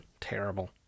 terrible